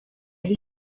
ari